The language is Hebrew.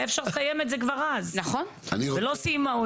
היה אפשר לסיים את זה כבר אז ולא סיימה,